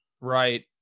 Right